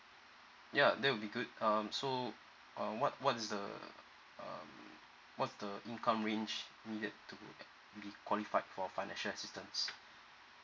ya that will be good um so uh what what's the um what's the income range needed to be qualified for for financial assistance